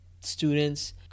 students